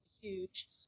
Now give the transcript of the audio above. huge